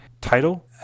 title